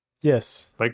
Yes